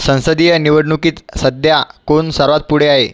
संसदीय निवडणुकीत सध्या कोन सर्वात पुढे आहे